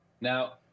Now